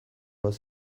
bat